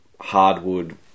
hardwood